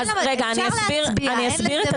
אפשר להצביע, אין לזה משמעות.